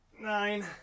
Nine